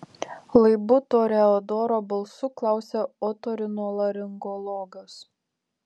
laibu toreadoro balsu klausia otorinolaringologas